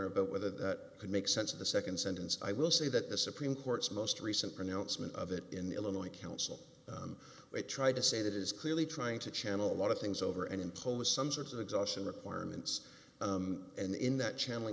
honor but whether that could make sense of the second sentence i will say that the supreme court's most recent pronouncement of it in the illinois council they tried to say that is clearly trying to channel a lot of things over and impose some sort of exhaustion requirements and in that channeling